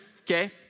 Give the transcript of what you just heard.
okay